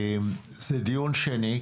זהו דיון שני.